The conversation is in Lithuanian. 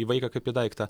į vaiką kaip į daiktą